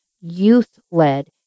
youth-led